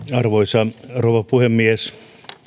arvoisa rouva puhemies